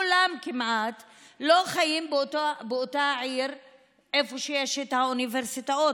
כמעט כולם לא חיים באותה עיר שבה יש את האוניברסיטאות,